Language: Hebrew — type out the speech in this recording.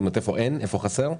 איפה חסר?